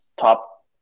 top